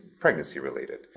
pregnancy-related